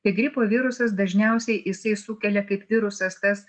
tai gripo virusas dažniausiai jisai sukelia kaip virusas tas